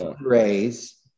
raise